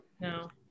No